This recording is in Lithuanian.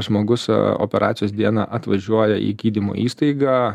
žmogus operacijos dieną atvažiuoja į gydymo įstaigą